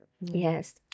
Yes